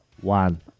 One